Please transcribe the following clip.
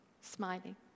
smiling